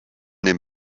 dem